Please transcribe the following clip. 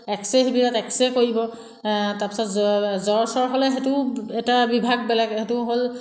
x ray শিবিৰত X ray কৰিব তাৰপিছত জ্বৰ জ্বৰ চৰ হ'লে সেইটো এটা বিভাগ বেলেগ সেইটো হ'ল